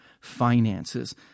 finances